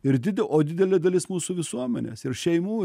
ir didi o didelė dalis mūsų visuomenės ir šeimų